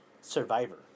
Survivor